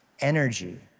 energy